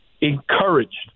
encouraged